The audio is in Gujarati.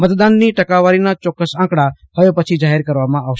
મતદાનની ટકાવારીના ચોક્કસ આંકડા હવે પછી જાહેર કરવામાં આવશે